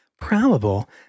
Probable